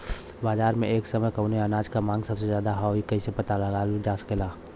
बाजार में एक समय कवने अनाज क मांग सबसे ज्यादा ह कइसे पता लगावल जा सकेला?